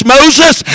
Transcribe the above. Moses